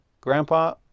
Grandpa